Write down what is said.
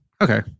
Okay